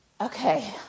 okay